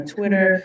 Twitter